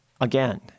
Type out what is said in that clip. again